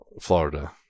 Florida